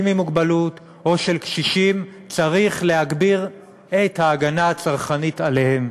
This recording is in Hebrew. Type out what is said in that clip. עם מוגבלות או של קשישים צריך להגביר את ההגנה הצרכנית עליהם.